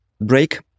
break